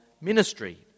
ministry